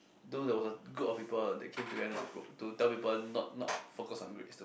though there was a group of people they came together to tell people not not to focus on grades too much